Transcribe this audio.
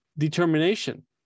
determination